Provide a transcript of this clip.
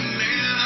man